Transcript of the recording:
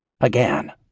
Again